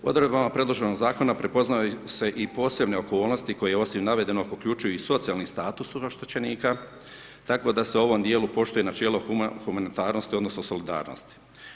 Odredbama predloženog zakona prepoznaje se i posebne okolnosti, koje osim navedenog uključuju i socijalni status oštećenika, tako da se u ovom dijelu poštuje načelo humanitarnosti odnosno solidarnosti.